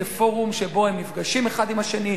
זה פורום שבו הם נפגשים אחד עם השני,